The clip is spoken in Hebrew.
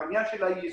העניין של היישום,